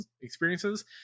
experiences